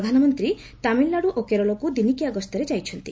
ପ୍ରଧାନମନ୍ତ୍ରୀ ତାମିଲନାଡୁ ଓ କେରଳକୁ ଦିନିକିଆ ଗସ୍ତରେ ଯାଇଛନ୍ତି